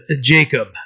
Jacob